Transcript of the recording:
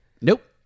Nope